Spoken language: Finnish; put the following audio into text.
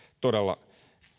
todella